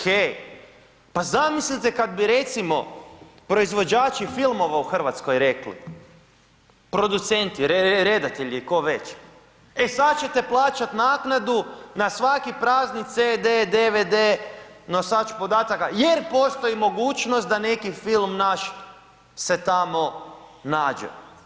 Hej, pa zamislite, kad bi recimo proizvođači filmova u Hrvatskoj rekli, producenti, redatelji, tko već, e sad ćete plaćati naknadu na svaki prazni CD, DVD, nosač podataka jer postoji mogućnost da neki film naš se tamo nađe.